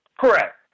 correct